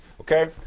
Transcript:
Okay